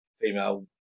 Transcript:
female